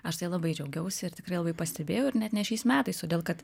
aš tai labai džiaugiausi ir tikrai labai pastebėjau ir net ne šiais metais todėl kad